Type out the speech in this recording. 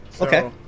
Okay